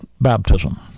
baptism